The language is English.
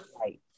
right